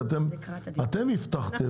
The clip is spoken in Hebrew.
כי אתם הבטחתם,